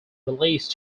released